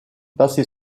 passé